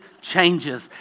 changes